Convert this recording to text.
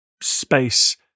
space